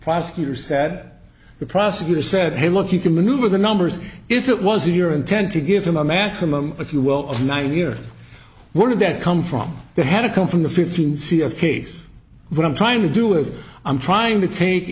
prosecutor said the prosecutor said hey look you can maneuver the numbers if it was your intent to give them a maximum if you will of nine years what did that come from the had to come from the fifteen c of case what i'm trying to do is i'm trying to take